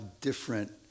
different